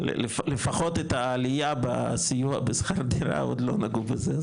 לפחות את העלייה בסיוע בשכר דירה עוד לא נגעו בזה,